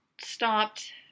stopped